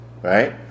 right